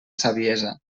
saviesa